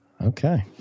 Okay